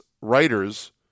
writers